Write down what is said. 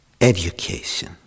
Education